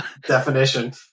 definition